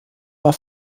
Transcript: war